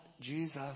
Jesus